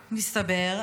מסתבר,